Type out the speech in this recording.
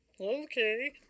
okay